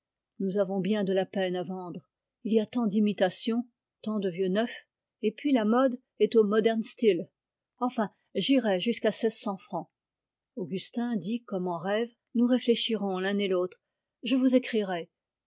nous avons bien de la peine à vendre il y a tant d'imitations tant de vieux neuf enfin j'irai jusqu'à seize cents francs augustin dit comme en rêve nous réfléchirons l'un et l'autre je vous écrirai